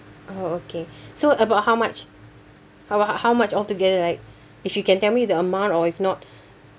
oh okay so about how much how how much altogether like if you can tell me the amount or if not